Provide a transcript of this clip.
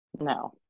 No